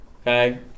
Okay